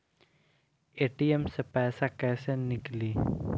ATM से पैसा कैसे नीकली?